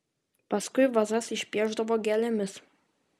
paskui vazas išpiešdavo gėlėmis